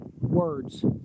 words